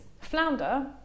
Flounder